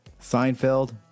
Seinfeld